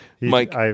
mike